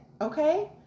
Okay